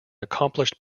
accomplished